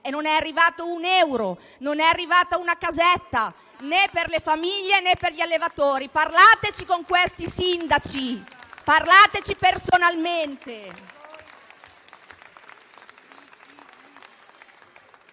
non è arrivato un euro e non è arrivata una casetta, né per le famiglie né per gli allevatori. Parlateci con questi sindaci, parlateci personalmente!